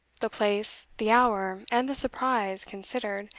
the place, the hour, and the surprise considered,